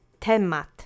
TEMAT